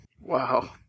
wow